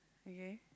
okay